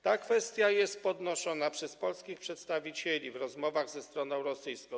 Ta kwestia jest podnoszona przez polskich przedstawicieli w rozmowach ze stroną rosyjską.